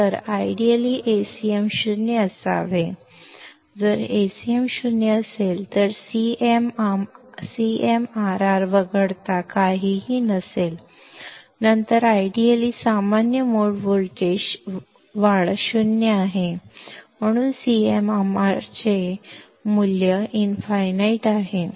ಆದ್ದರಿಂದ ಆದರ್ಶಪ್ರಾಯವಾಗಿ Acm 0 ಆಗಿರಬೇಕು Acm 0 ಆಗಿದ್ದರೆ CMRR ಇನ್ಫೈನೈಟ್ ಆಗಿರುತ್ತದೆ ನಂತರ ಆದರ್ಶಪ್ರಾಯವಾದ ಕಾಮನ್ ಮೋಡ್ ವೋಲ್ಟೇಜ್ ಗೈನ್ 0 ಆಗಿರುತ್ತದೆ ಆದ್ದರಿಂದ CMRR ನ ಆದರ್ಶ ಮೌಲ್ಯವು ಇನ್ಫೈನೈಟ್ ಆಗಿದೆ